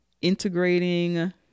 integrating